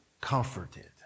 comforted